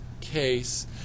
case